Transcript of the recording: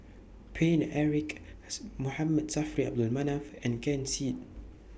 Paine Eric S Saffri A Manaf and Ken Seet